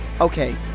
Okay